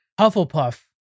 Hufflepuff